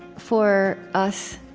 for us,